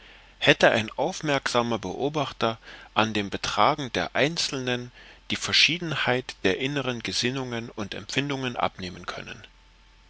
hätte ein aufmerksamer beobachter an dem betragen der einzelnen die verschiedenheit der innern gesinnungen und empfindungen abnehmen können